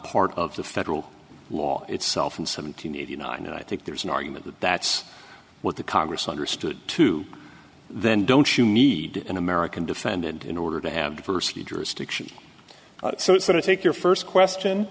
part of the federal law itself in seven hundred eighty nine and i think there's an argument that that's what the congress understood to then don't you need an american defendant in order to have diversity jurisdiction so it's that i take your first question